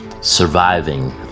surviving